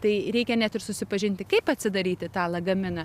tai reikia net ir susipažinti kaip atsidaryti tą lagaminą